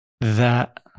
That-